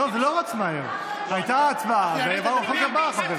זה לא רץ מהר, הייתה הצבעה ועברנו לחוק הבא.